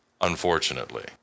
Unfortunately